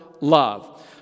love